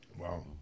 Wow